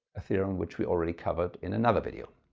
a theorem which we already covered in another video.